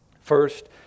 First